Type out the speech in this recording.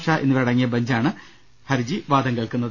ഷാ എന്നിവരടങ്ങിയ ബഞ്ചാണ് ഹർജിയിൽ വാദം കേൾക്കുക